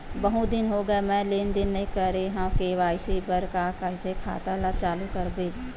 बहुत दिन हो गए मैं लेनदेन नई करे हाव के.वाई.सी बर का का कइसे खाता ला चालू करेबर?